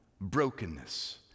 brokenness